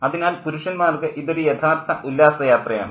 അതിനാൽ പുരുഷന്മാർക്ക് ഇതൊരു യഥാർത്ഥ ഉല്ലാസയാത്രയാണ്